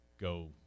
go